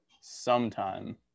sometime